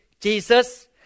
Jesus